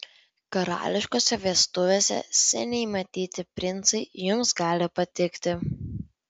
karališkose vestuvėse seniai matyti princai jums gali patikti